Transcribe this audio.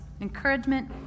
Encouragement